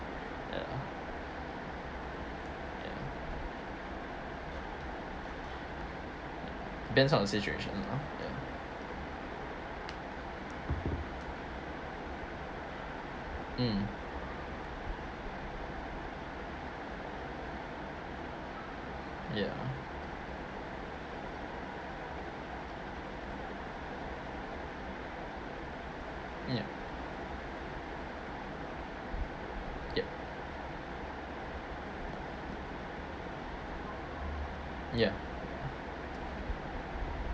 ya ya depends on the situation lah ya mm ya ya yup ya